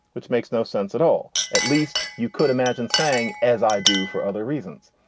which makes no sense at all at least you could imagine saying as i do for other reasons.